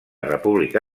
república